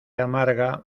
amarga